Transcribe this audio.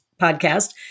podcast